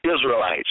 Israelites